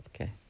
Okay